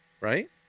right